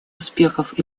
успехов